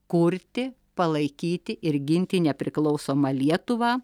kurti palaikyti ir ginti nepriklausomą lietuvą